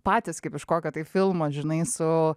patys kaip iš kokio tai filmas žinai su